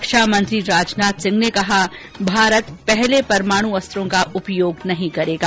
रक्षामंत्री राजनाथ सिंह ने कहा भारत पहले परमाणु अस्त्रों का उपयोग नहीं करेगा